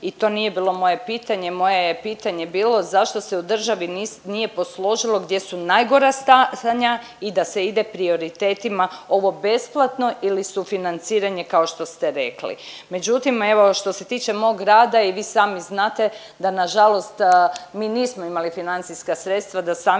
i to nije bilo moje pitanje. Moje je pitanje bilo zašto se u državi nije posložilo gdje su najgora stanja i da se ide prioritetima ovog besplatno ili sufinanciranje kao što ste rekli. Međutim evo što se tiče mog rada i vi sami znate da na žalost mi nismo imali financijska sredstva da sami